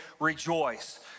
Rejoice